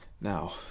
now